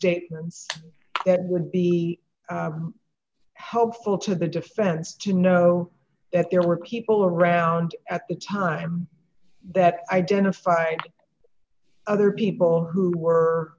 statements would be helpful to the defense to know that there were people around at the time that identify other people who were